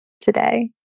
today